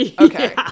Okay